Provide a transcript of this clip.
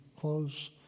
close